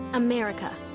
America